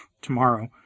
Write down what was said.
tomorrow